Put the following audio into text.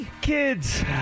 Kids